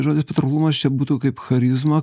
žodis patrauklumas čia būtų kaip charizma